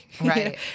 Right